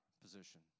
position